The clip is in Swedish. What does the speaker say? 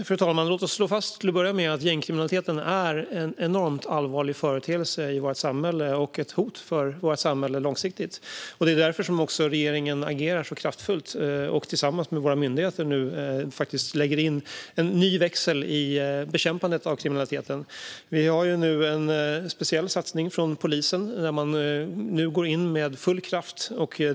Fru talman! Låt oss till att börja med slå fast att gängkriminaliteten är en enormt allvarlig företeelse i vårt samhälle och ett hot mot vårt samhälle långsiktigt sett. Det är därför som regeringen agerar så kraftfullt och tillsammans med Sveriges myndigheter lägger in en ny växel i bekämpandet av kriminaliteten. Vi har nu en speciell satsning från polisen där man går in med full kraft.